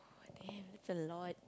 oh damn that's a lot